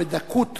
ובדקות